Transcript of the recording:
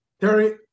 Terry